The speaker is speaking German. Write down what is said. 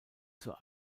zur